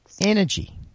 energy